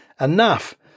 enough